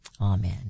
Amen